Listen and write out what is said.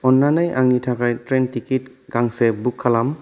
अन्नानै आंनि थाखाय ट्रेन टिकेट गांसे बुक खालाम